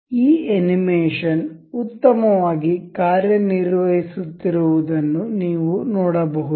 ಈ ಆನಿಮೇಷನ್ ಉತ್ತಮವಾಗಿ ಕಾರ್ಯನಿರ್ವಹಿಸುತ್ತಿರುವುದನ್ನು ನೀವು ನೋಡಬಹುದು